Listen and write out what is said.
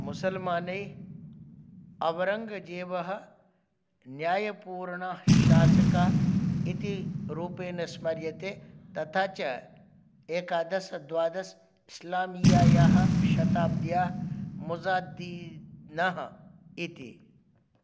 मुसल्माने औरङ्गजेबः न्यायपूर्णः शासकः इति रूपेण स्मर्यते तथा च एकादश द्वादश इस्लामीयायाः शताब्द्याः मुज़ाद्दीनः इति